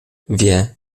wie